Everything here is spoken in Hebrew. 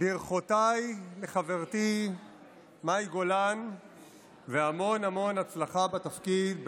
ברכותיי לחברתי מאי גולן והמון המון הצלחה בתפקיד.